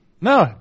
No